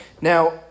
Now